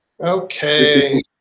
Okay